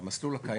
במסלול הקיים.